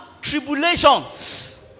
tribulations